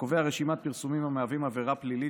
וקובע רשימת פרסומים המהווים עבירה פלילית,